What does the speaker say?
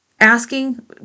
asking